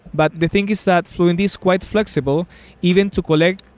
but the thing is that fluentd is quite flexible even to collect,